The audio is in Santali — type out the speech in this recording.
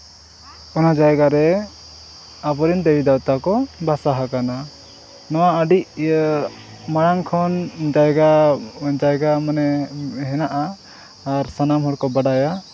ᱚᱱᱟ ᱡᱟᱭᱜᱟ ᱨᱮ ᱟᱵᱚ ᱨᱮᱱ ᱫᱮᱵᱤᱼᱫᱮᱵᱛᱟ ᱠᱚ ᱵᱟᱥᱟ ᱟᱠᱟᱱᱟ ᱱᱚᱣᱟ ᱟᱹᱰᱤ ᱤᱭᱟᱹ ᱢᱟᱲᱟᱝ ᱠᱷᱚᱱ ᱡᱟᱭᱜᱟ ᱡᱟᱭᱜᱟ ᱢᱟᱱᱮ ᱦᱮᱱᱟᱜᱼᱟ ᱟᱨ ᱥᱟᱱᱟᱢ ᱦᱚᱲ ᱠᱚ ᱵᱟᱰᱟᱭᱟ